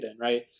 Right